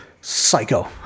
psycho